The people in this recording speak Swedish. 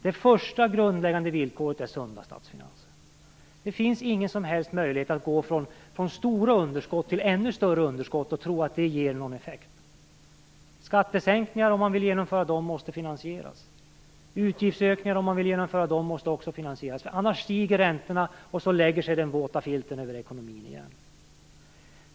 Det första grundläggande villkoret är sunda statsfinanser. Det finns ingen som helst möjlighet att gå från stora underskott till ännu större underskott och tro att det ger någon effekt. Om man vill genomföra skattesänkningar måste de finansieras. Om man vill genomföra utgiftsökningar måste de också finansieras. Annars stiger räntorna, och så lägger sig den våta filten över ekonomin igen.